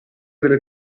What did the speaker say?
delle